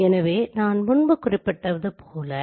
எனவே இந்த உறுப்பை நாம் என்றும் குறிப்பிடலாம்